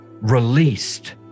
released